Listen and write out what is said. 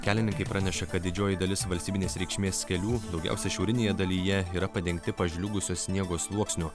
kelininkai praneša kad didžioji dalis valstybinės reikšmės kelių daugiausiai šiaurinėje dalyje yra padengti pažliugusio sniego sluoksniu